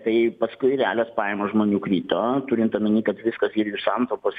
tai paskui realios pajamos žmonių krito turint omenyj kad viskas ir jų santaupos